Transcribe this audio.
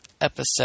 episode